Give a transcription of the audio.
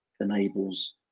enables